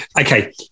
okay